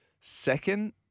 second